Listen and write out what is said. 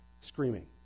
screaming